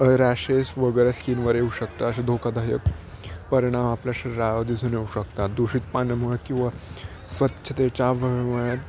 rashes वगैरे स्कीनवर येऊ शकतं असे धोकादायक परिणाम आपल्या शरीरावर दिसून येऊ शकतात दूषित पाण्यामुळे किंवा स्वच्छतेच्या मुळे